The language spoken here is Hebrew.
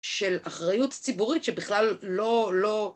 של אחריות ציבורית שבכלל לא, לא...